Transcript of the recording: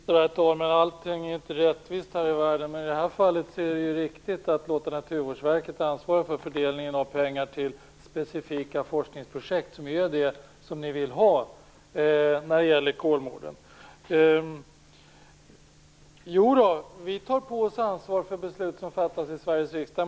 Herr talman! Allt är inte rättvist här i världen. Men i detta fall är det riktigt att låta Naturvårdsverket ansvara för fördelningen av pengar till specifika forskningsprojekt som ju är det som ni vill ha när det gäller Kolmården. Vi tar visst på oss ansvar för beslut som fattas i Sveriges riksdag.